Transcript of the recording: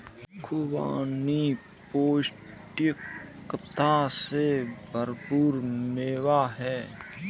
खुबानी पौष्टिकता से भरपूर मेवा है